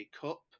cup